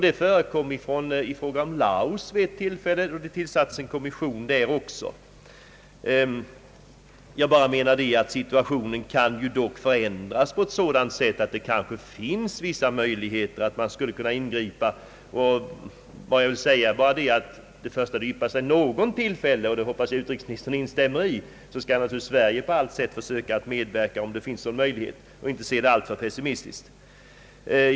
Det förekom i fråga om Laos, där det vid ett tillfälle tillsattes en kommission. Situationen i Nigeria kan dock förändras på ett sådant sätt att det finns vissa möjligheter att ingripa. Så snart ett tillfälle yppas skall naturligtvis Sverige på allt sätt försöka medverka och inte se det alltför pessimistiskt.